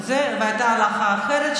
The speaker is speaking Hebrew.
הייתה הלכה אחרת,